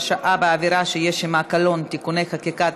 הרשעה בעבירה שיש עמה קלון (תיקוני חקיקה),